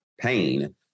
pain